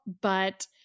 but-